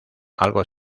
algo